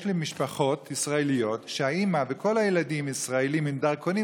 יש משפחות ישראליות שבהן האימא וכל הילדים ישראלים עם דרכונים